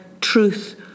truth